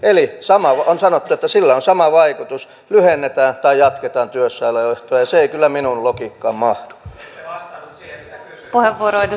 eli on sanottu että sillä on sama vaikutus lyhennetään tai jatketaan työssäoloehtoa ja se ei kyllä minun logiikkaani mahdu